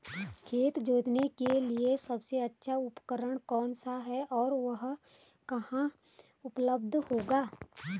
खेत जोतने के लिए सबसे अच्छा उपकरण कौन सा है और वह कहाँ उपलब्ध होगा?